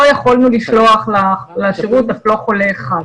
לא יכולנו לשלוח לשירות אף לא חולה אחד.